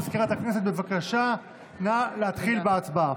סגנית מזכירת הכנסת, בבקשה, נא להתחיל בהצבעה.